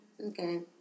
Okay